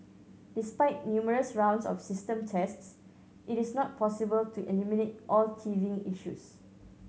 despite numerous rounds of system tests it is not possible to eliminate all teething issues